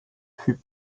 fut